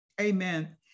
Amen